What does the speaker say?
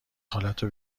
خالتو